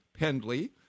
Pendley